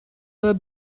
were